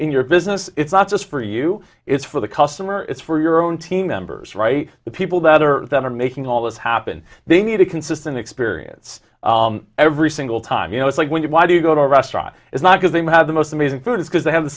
in your business it's not just for you it's for the customer it's for your own team members right the people that are that are making all this happen they need a consistent experience every single time you know it's like when you why do you go to a restaurant is not because they have the most amazing food because they have the